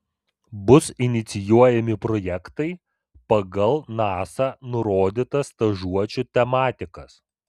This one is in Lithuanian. bus inicijuojami projektai pagal nasa nurodytas stažuočių tematikas